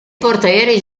portaerei